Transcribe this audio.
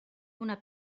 una